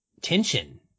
tension